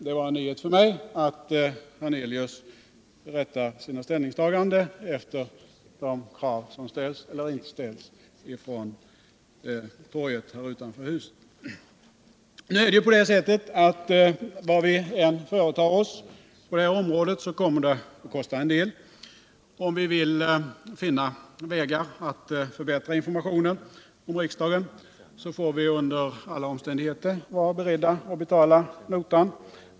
Det var en nyhet för mig att Allan Hernelius rättar sina ställningstaganden efter de krav som ställs från torget här utanför huset. Vad vi än företar oss på detta område, kommer det att kosta en hel del. Om vi vill finna vägar att förbättra informationen om riksdagen, får vi under alla omständigheter vara beredda att betala notan.